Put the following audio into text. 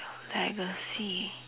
legacy